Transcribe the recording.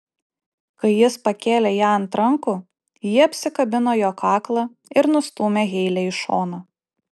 kai jis pakėlė ją ant rankų ji apsikabino jo kaklą ir nustūmė heilę į šoną